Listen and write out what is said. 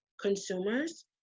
consumers